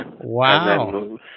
wow